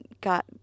got